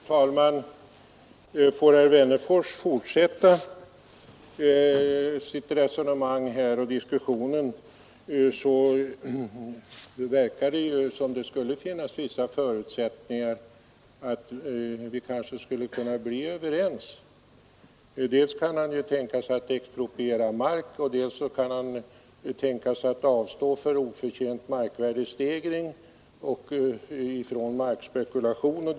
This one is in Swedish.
Fru talman! Får herr Wennerfors fortsätta sitt resonemang här, verkar det som om det skulle finnas vissa förutsättningar för att vi skulle kunna bli överens. Dels kan han tänka sig att expropriera mark, dels kan han tänka sig att avstå från markspekulation och oförtjänt markvärdestegring.